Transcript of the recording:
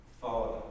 Father